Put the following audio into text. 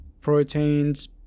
proteins